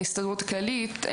ההסתדרות הכללית,